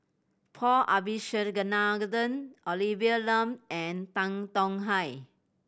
Paul Abisheganaden Olivia Lum and Tan Tong Hye